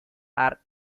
are